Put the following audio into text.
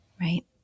right